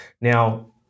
now